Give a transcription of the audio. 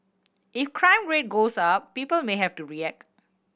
if crime rate goes up people may have to react